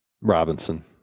Robinson